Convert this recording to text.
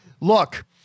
look